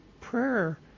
prayer